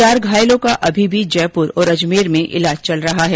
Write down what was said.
चार घायलों का अभी भी जयपुर और अजमेर में इलाज चल रहा है